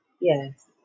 Yes